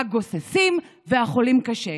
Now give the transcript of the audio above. הגוססים והחולים קשה.